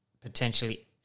potentially